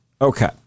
Okay